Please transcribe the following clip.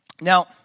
Now